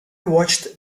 watched